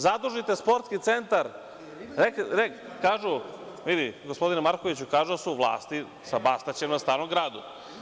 Zadužite Sportski centar, kažu, vidi gospodine Markoviću, kažu da su vlasti sa Bastaćem na Starom gradu.